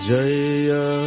Jaya